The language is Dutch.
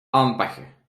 aanpakken